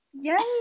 Yes